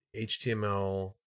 html